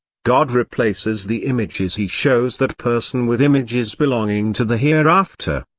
god replaces the images he shows that person with images belonging to the hereafter.